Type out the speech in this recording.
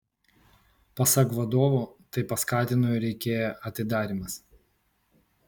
pasak vadovo tai paskatino ir ikea atidarymas